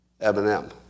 Eminem